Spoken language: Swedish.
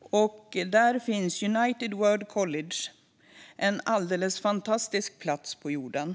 och där finns United World College - en alldeles fantastisk plats på jorden.